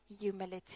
Humility